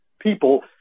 people